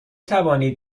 توانید